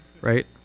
right